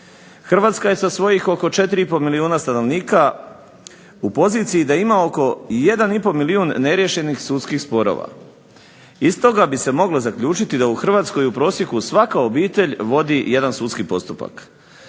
Hrvatska je sa svojih oko 4,5 milijuna stanovnika u poziciji da ima oko 1,5 milijun neriješenih sudskih sporova. Iz toga bi se moglo zaključiti da u Hrvatskoj u prosjeku svaka obitelj vodi jedan sudski postupak.